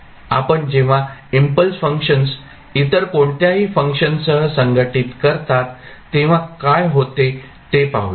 आपण जेव्हा impulse functions इतर कोणत्याही फंक्शनसह संघटित करतात तेव्हा काय होते ते पाहूया